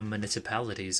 municipalities